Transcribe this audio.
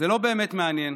זה לא באמת מעניין,